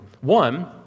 One